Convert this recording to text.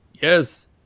yes